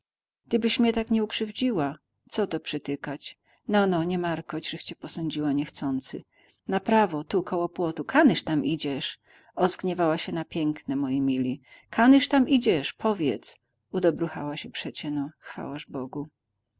mnie tak nie ukrzywdziła co to przytykać no no nie markoć żech cię posądziła niechcący na prawo tu koło płotu kanyż tam idziesz ozgniewała się na piękne moi mili kanyż tam idziesz powiedz udobruchała sie przecie no chwałaż bogu